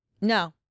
No